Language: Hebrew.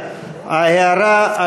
ההערה,